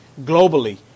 globally